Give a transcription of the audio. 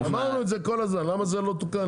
אמרנו את זה כל הזמן למה זה לא תוקן?